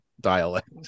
dialect